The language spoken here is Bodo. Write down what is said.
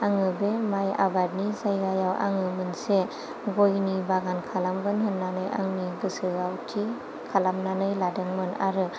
आङो बे माइ आबादनि जायगायाव आङो मोनसे गयनि बागान खालामगोन होननानै आंनि गोसोआव थि खालामनानै लादोंमोन आरो